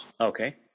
okay